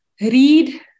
read